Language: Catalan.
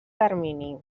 termini